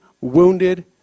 wounded